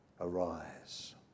Arise